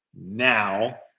now